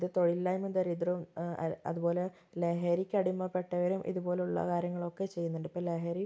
ഇത് തൊഴിലില്ലായ്മയും ദരിദ്രവും അതുപോലെ ലഹരിക്കടിമപ്പെട്ടവരും ഇതുപോലെയുള്ള കാര്യങ്ങളൊക്കെ ചെയ്യുന്നുണ്ട് ഇപ്പം ലഹരി